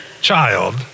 child